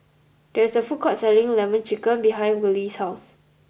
there is a food court selling lemon chicken behind Wiley's house